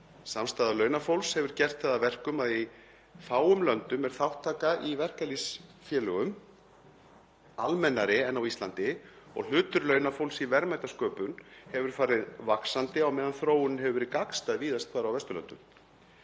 Samstaða launafólks hefur gert það að verkum að í fáum löndum er þátttaka í verkalýðsfélögum almennari en á Íslandi og hlutur launafólks í verðmætasköpun hefur farið vaxandi á meðan þróunin hefur verið gagnstæð víðast hvar á Vesturlöndum.